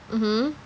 mmhmm